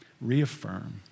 reaffirm